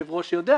שהיושב ראש יודע,